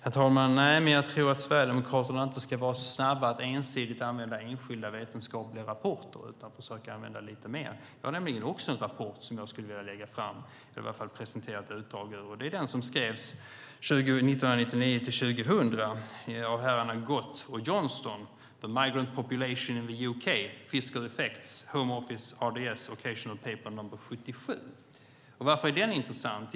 Herr talman! Jag tycker att Sverigedemokraterna inte ska vara så snabba med att ensidigt använda enskilda vetenskapliga rapporter utan försöka använda lite mer. Jag har nämligen också en rapport som jag skulle vilja presentera ett utdrag ur. Det är en rapport som skrevs 1999-2000 av herrarna Gott och Johnston: The migrant population in the UK: fiscal effects , Home Office RDS Occasional Paper No 77. Varför är den intressant?